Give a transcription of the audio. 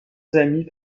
amis